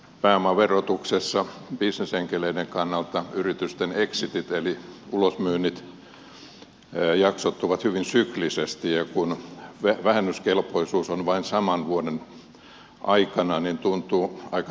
pääomaverotuksessa bisnesenkeleiden kannalta yritysten exitit eli ulosmyynnit jaksottuvat hyvin syklisesti ja kun vähennyskelpoisuus on vain saman vuoden aikana niin tuntuu aika tehottomalta